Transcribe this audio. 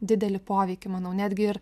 didelį poveikį manau netgi ir